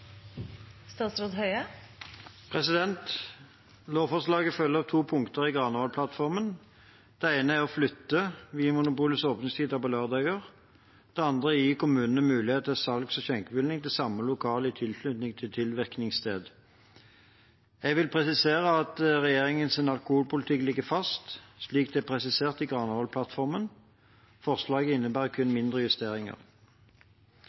det andre er å gi kommunene mulighet til å gi salgs- og skjenkebevilling til samme lokale i tilknytning til tilvirkningsstedet. Jeg vil presisere at regjeringens alkoholpolitikk ligger fast, slik det er presisert i Granavolden-plattformen. Forslaget innebærer